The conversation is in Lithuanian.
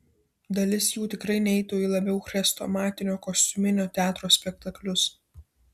dalis jų tikrai neitų į labiau chrestomatinio kostiuminio teatro spektaklius